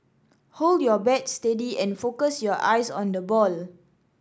hold your bat steady and focus your eyes on the ball